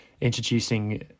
introducing